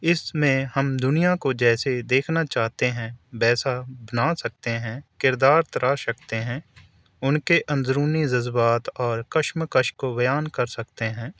اس میں ہم دنیا کو جیسے دیکھنا چاہتے ہیں ویسا بنا سکتے ہیں کردار تراش سکتے ہیں ان کے اندرونی جذبات اور کشمکش کو بیان کر سکتے ہیں